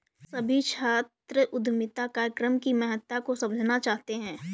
सभी छात्र उद्यमिता कार्यक्रम की महत्ता को समझना चाहते हैं